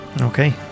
Okay